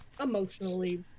emotionally